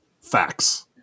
Facts